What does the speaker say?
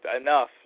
enough